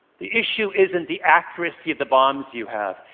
the issue isn't the accuracy of the bombs you have,